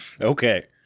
Okay